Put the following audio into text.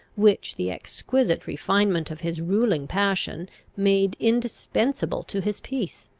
which the exquisite refinement of his ruling passion made indispensable to his peace.